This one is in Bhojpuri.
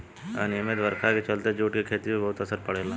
अनिमयित बरखा के चलते जूट के खेती पर बहुत असर पड़ेला